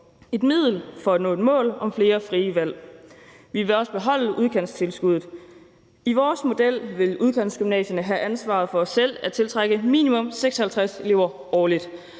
et middel til at nå et mål om flere frie valg. Vi vil også beholde udkantstilskuddet. I vores model vil udkantsgymnasierne have ansvaret for selv at tiltrække minimum 56 elever årligt.